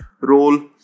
role